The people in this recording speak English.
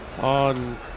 on